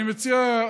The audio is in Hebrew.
אני מציע,